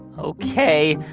ok.